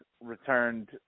returned